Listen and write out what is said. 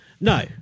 No